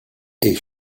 est